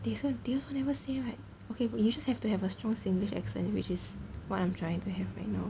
this one they also never say right okay but you just have to have a strong singlish accent which is what I'm trying to have right now